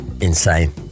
insane